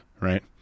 Right